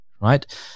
right